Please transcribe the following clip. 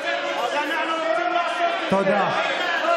אז אנחנו לא, תודה.